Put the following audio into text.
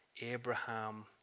Abraham